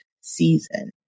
season